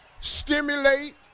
stimulate